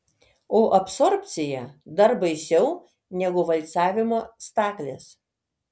o absorbcija dar baisiau negu valcavimo staklės